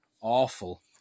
awful